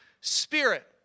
Spirit